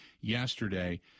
yesterday